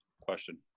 question